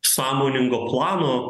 sąmoningo plano